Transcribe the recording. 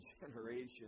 generation